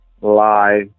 lie